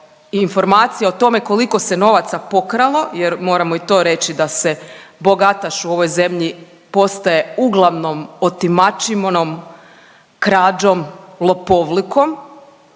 informacija o tome koliko se novaca pokralo jer moramo i to reći da se bogataš u ovoj zemlji postaje uglavnom otimačinom, krađom, lopovlukom,